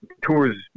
tours